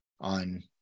on